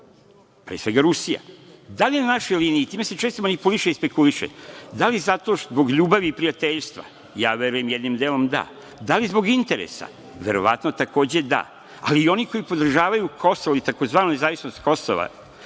pre svega, Rusija. Da li je na našoj liniji, time se često manipuliše i spekuliše, da li zato zbog ljubavi i prijateljstva? Ja verujem, jednim delom, da. Da li zbog interesa? Verovatno, takođe, da. Ali i oni koji podržavaju Kosovo i tzv. nezavisnost Kosova